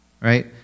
Right